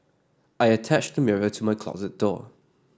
I attached the mirror to my closet door